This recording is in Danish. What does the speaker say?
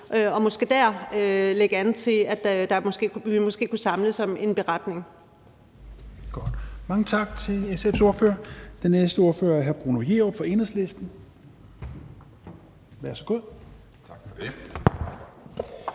og måske dér lægge an til, at vi måske kunne samles om en beretning.